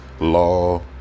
law